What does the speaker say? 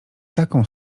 taką